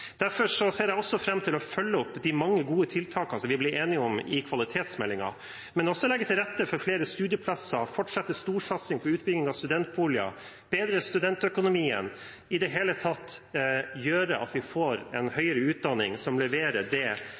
Derfor ser jeg fram til å følge opp de mange gode tiltakene som vi ble enige om i kvalitetsmeldingen, men også legge til rette for flere studieplasser, fortsette storsatsingen på utbygging av studentboliger og bedre studentøkonomien – i det hele tatt gjøre at vi får en høyere utdanning som leverer det